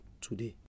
today